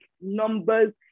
numbers